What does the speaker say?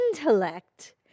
intellect